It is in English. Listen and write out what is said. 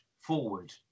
forward